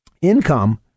income